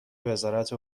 وزارت